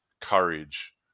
courage